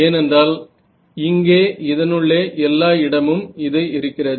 ஏனென்றால் இங்கே இதனுள்ளே எல்லா இடமும் இது இருக்கிறது